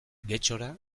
getxora